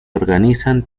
organizan